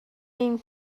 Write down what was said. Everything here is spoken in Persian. این